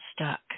stuck